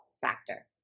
factor